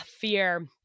fear